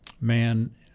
man